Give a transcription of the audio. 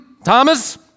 Thomas